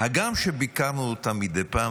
הגם שביקרנו אותם מדי פעם,